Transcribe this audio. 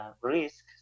risks